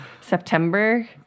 September